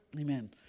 Amen